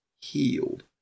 healed